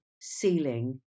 ceiling